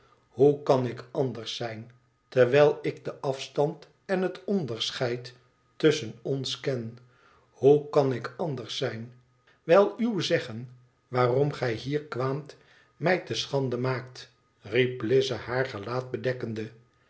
hoe kan ik anders zijn terwijl ik den afstanden het onderscheid tusschen ons ken hoe kan ik anders zijn wijl uw zeggen waarom gij hier kwaamt mij te schande maakt riep i ize haar gelaat bedekkende